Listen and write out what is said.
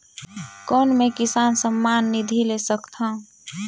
कौन मै किसान सम्मान निधि ले सकथौं?